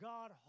God